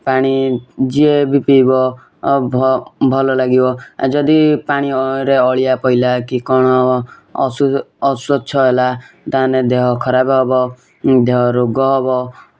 ପାଣି ଯିଏ ବି ପିଇବ ଭଲ ଲାଗିବ ଆ ଯଦି ପାଣିରେ ଅଳିଆ ପଇଲା କି କ'ଣ ଅସ୍ୱଚ୍ଛ ହେଲା ତାହାନେ ଦେହ ଖରାପେ ହବ ଦେହ ରୋଗ ହବ